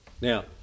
Now